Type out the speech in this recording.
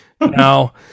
Now